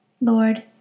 Lord